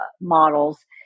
models